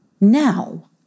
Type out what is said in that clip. Now